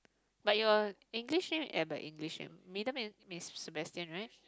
but your English name eh but English name middle name is Sebastian right